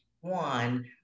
One